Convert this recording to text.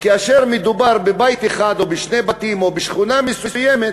כאשר מדובר בבית אחד או בשני בתים או בשכונה מסוימת,